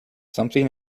something